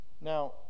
Now